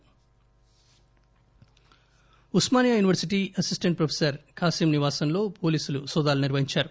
arrest Osmania university assistant professor Khasim నివాసంలో పోలీసులు నోదాలు నిర్వహించారు